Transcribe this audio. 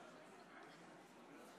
חוק-יסוד: